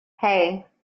hey